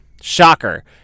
Shocker